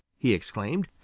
he exclaimed,